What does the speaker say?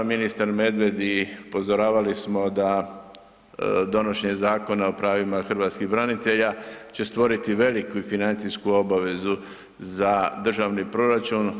Ministar Medved i upozoravali smo da donošenje Zakona o pravima hrvatskih branitelja će stvoriti veliku financijsku obavezu za državni proračun.